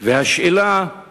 והשאלה היא